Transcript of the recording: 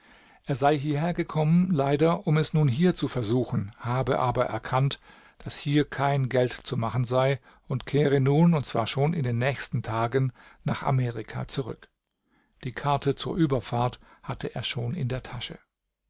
er sei hierher gekommen leider um es nun hier zu versuchen habe aber erkannt daß hier kein geld zu machen sei und kehre nun und zwar schon in den nächsten tagen nach amerika zurück die karte zur überfahrt hatte er schon in der tasche